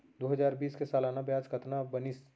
दू हजार बीस के सालाना ब्याज कतना बनिस?